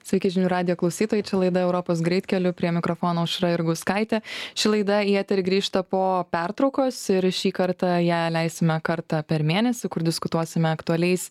sveiki žinių radijo klausytojai čia laida europos greitkeliu prie mikrofono aušra jurgauskaitė ši laida į eterį grįžta po pertraukos ir šį kartą ją leisime kartą per mėnesį kur diskutuosime aktualiais